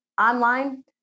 online